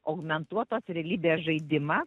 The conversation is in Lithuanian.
augmentuotos realybės žaidimą